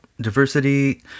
diversity